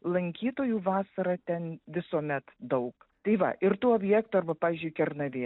lankytojų vasarą ten visuomet daug tai va ir tų objektų arba pavyzdžiui kernavė